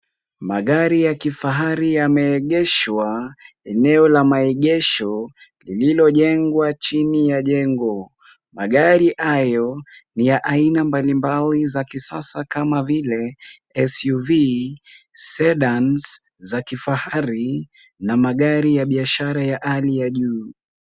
Magari ya kifahari yameegeshwa, eneo la maegesho, lililojengwa chini ya jengo. Magari hayo ni ya aina mbalimbali za kisasa kama vile SUV, Sedans za kifahari na magari ya biashara ya hali ya juu .